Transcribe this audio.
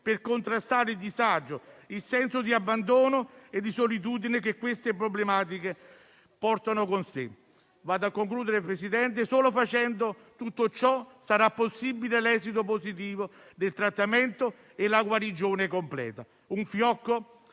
per contrastare il disagio, il senso di abbandono e di solitudine che queste problematiche portano con sé. Vado a concludere, Presidente. Solo facendo tutto ciò sarà possibile l'esito positivo del trattamento e la guarigione completa. Un fiocco